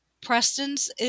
Preston's